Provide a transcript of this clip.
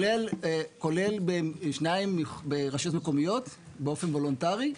כולל שניים ברשויות מקומיות באופן וולונטרי.